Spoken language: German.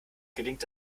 gelingt